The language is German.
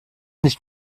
nicht